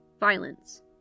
violence